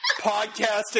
podcasting